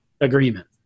agreement